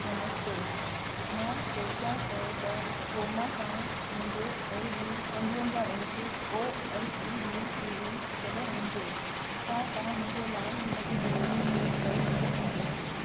नमस्ते मां सोचियां पियो त क्रोमा सां मुंहिंजो एलजी पंजवंजाह इंच ओएलईडी टीवी कॾहिं ईंदो छा तव्हां मुंहिंजे लाइ हिन जी डिलीवरी ट्रैक करे सघो था